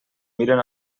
miren